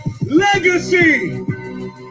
Legacy